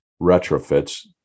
retrofits